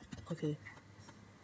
okay